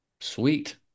sweet